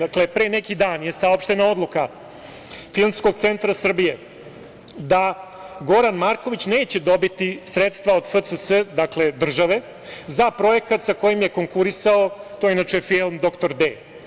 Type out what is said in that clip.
Dakle, pre neki dan je saopštena odluka Filmskog centra Srbije da Goran Marković neće dobiti sredstva od FCS, dakle od države, za projekat sa kojim je konkurisao, to je inače film "Dr D"